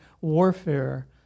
warfare